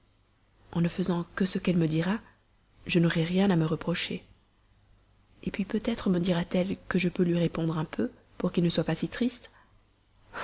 en ne faisant que ce qu'elle me dira je n'aurai rien à me reprocher et puis peut-être me dira-t-elle que je peux lui répondre un peu pour qu'il ne soit plus si triste